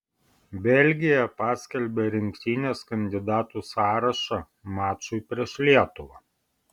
belgija paskelbė rinktinės kandidatų sąrašą mačui prieš lietuvą